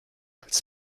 als